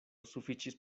sufiĉis